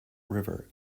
river